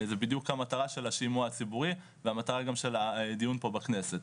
זו בדיוק המטרה של השימוע הציבורי וגם המטרה של הדיון פה בכנסת.